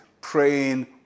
praying